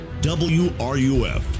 WRUF